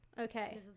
Okay